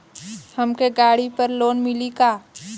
हमके गाड़ी पर लोन मिली का?